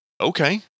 okay